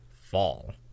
fall